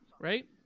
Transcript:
right